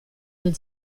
del